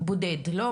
בודד.